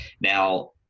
Now